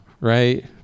Right